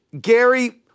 Gary